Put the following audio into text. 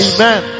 Amen